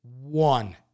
one